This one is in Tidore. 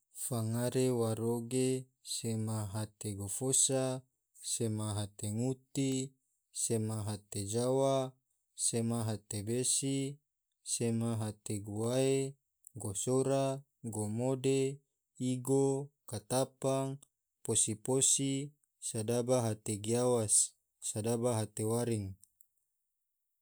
Fangare waro ge sema hate gofosa, sema hate nguti, sema hate jawa, sema hate besi, sema hate guwae, gosora, gomode, igo, katapang, posi-posi, sedaba hate giawas, sedaba hate waring.